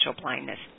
blindness